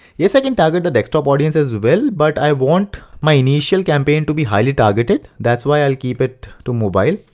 yes, i can target the desktop audience as well, but i want my initial campaign to be highly targeted. that's why i'll keep it to mobile.